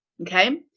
okay